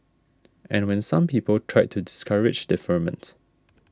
and when some people tried to discourage deferment